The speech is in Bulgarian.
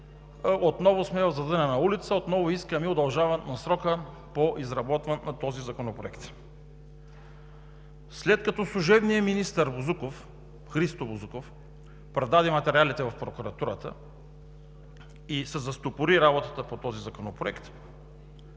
отново сме в задънена улица, отново искаме удължаването на срока по изработването на този законопроект. След като служебният министър Христо Бозуков предаде материалите в прокуратурата и се застопори работата по Законопроекта,